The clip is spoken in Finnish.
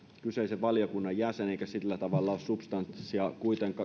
kyseisen valiokunnan jäsen eikä sillä tavalla ole substanssia